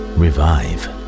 revive